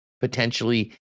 potentially